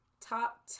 top